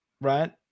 right